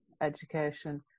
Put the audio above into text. education